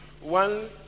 one